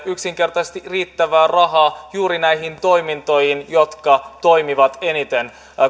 yksinkertaisesti riittävästi rahaa juuri näihin toimintoihin jotka toimivat eniten